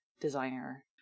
designer